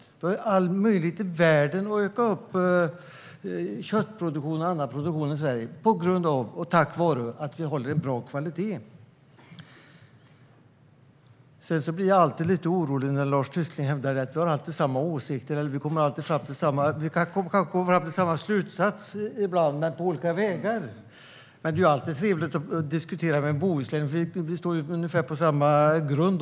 Vi har alla möjligheter i världen att öka köttproduktionen och annan produktion i Sverige tack vare att vi håller god kvalitet. Jag blir alltid lite orolig när Lars Tysklind hävdar att vi har samma åsikter eller att vi alltid kommer fram till samma sak. Vi kanske kommer fram till samma slutsats ibland men på olika vägar. Det är dock alltid trevligt att diskutera med en bohuslänning, för vi står ungefär på samma grund.